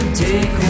take